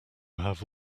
have